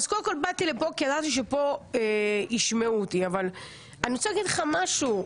באתי לכאן כי ידעתי שפה ישמעו אותי אבל אני רוצה להגיד לך משהו.